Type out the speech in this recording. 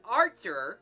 archer